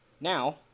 Now